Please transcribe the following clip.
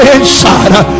inside